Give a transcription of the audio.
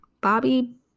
Bobby